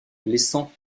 laissant